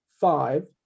five